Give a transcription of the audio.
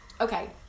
okay